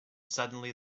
suddenly